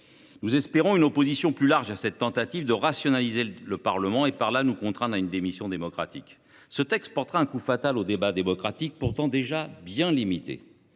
nous espérons une opposition la plus large possible à cette tentative de rationaliser le Parlement, et partant, de nous contraindre à une démission démocratique. Ce texte portera un coup fatal au débat démocratique, pourtant déjà bien limité.